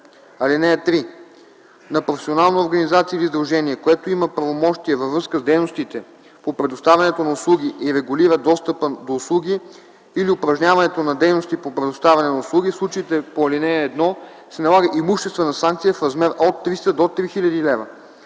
лв. (3) На професионална организация или сдружение, което има правомощия във връзка с дейностите по предоставянето на услуги и регулира достъпът до услуги или упражняването на дейности по предоставяне на услуги, в случаите по ал. 1, се налага имуществена санкция в размер от 300 до 3 хил.